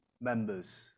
members